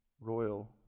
royal